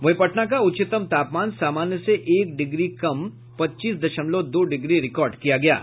वहीं पटना का उच्चतम तापमान सामान्य से एक डिग्री कम पच्चीस दशमलव दो डिग्री रिकार्ड किया गया है